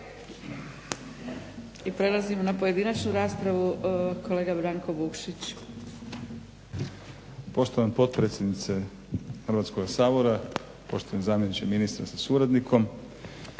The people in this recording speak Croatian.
I prelazimo na pojedinačnu raspravu, kolega Branko Vukšić.